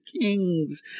kings